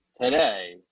today